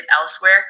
elsewhere